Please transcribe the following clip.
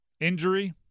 Injury